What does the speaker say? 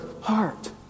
heart